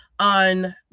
on